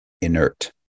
inert